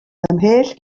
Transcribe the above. ymhell